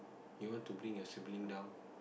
you want to bring your sibling down